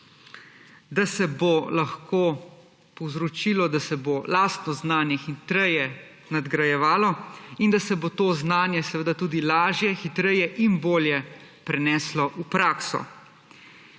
da se bo lahko povzročilo, da se bo lastno znanje hitreje nadgrajevalo in da se bo to znanje seveda tudi lažje, hitreje in bolje preneslo v prakso.